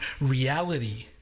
reality